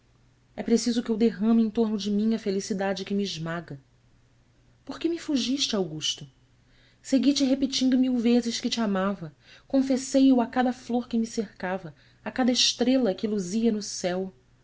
é preciso que eu derrame em torno de mim a felicidade que me esmaga por que me fugiste augusto segui te repetindo mil vezes que te amava confessei o a cada flor que me cercava a cada estrela que luzia no céu